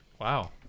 wow